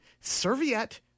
Serviette